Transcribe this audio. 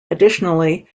additionally